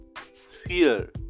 sphere